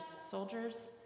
soldiers